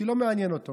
כי לא מעניין אותו.